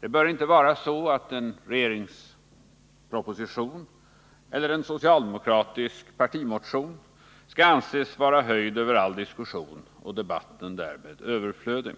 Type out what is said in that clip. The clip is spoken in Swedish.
Det bör inte vara så, att en regeringsproposition eller en socialdemokratisk partimotion skall anses vara höjd över all diskussion och att debatt därmed är överflödig.